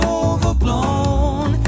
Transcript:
overblown